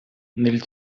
nel